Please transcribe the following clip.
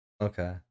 Okay